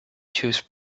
juice